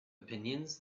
opinions